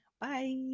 Bye